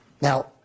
Now